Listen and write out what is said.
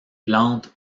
plantes